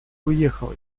уехал